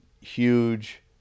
Huge